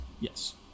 yes